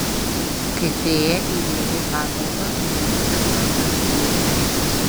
kai fėja įėjo į patalpą vienos kabinos durys buvo uždarytos